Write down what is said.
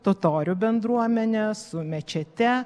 totorių bendruomene su mečete